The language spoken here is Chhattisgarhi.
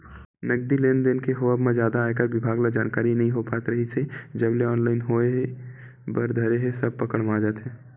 नगदी लेन देन के होवब म जादा आयकर बिभाग ल जानकारी नइ हो पात रिहिस हे जब ले ऑनलाइन सब होय बर धरे हे सब पकड़ म आ जात हे